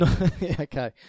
Okay